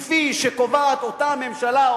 כפי שקובעת אותה ממשלה,